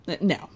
no